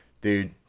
dude